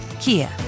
Kia